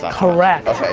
ah correct.